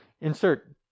insert